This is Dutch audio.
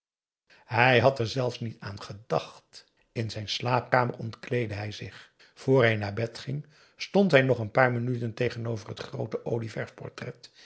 hij had er zelfs niet aan gedacht in zijn slaapkamer ontkleedde hij zich voor hij naar bed ging stond hij nog n paar minuten tegenover t groote olieverf